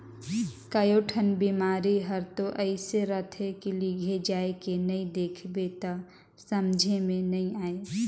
कयोठन बिमारी हर तो अइसे रहथे के लिघे जायके नई देख बे त समझे मे नई आये